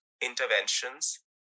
Interventions